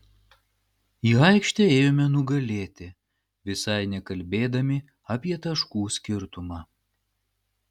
į aikštę ėjome nugalėti visai nekalbėdami apie taškų skirtumą